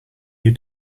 you